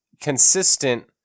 consistent